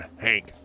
Hank